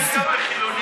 ערכים יש גם לחילונים,